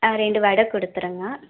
ஆ ரெண்டு வடை கொடுத்துருங்க